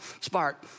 spark